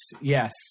yes